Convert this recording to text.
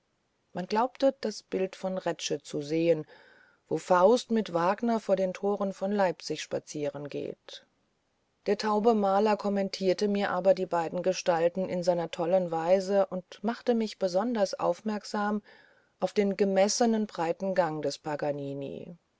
man glaubte das bild von retzsch zu sehen wo faust mit wagner vor den toren von leipzig spazierengeht der taube maler kommentierte mir aber die beiden gestalten in seiner tollen weise und machte mich besonders aufmerksam auf den gemessenen breiten gang des paganini